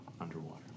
underwater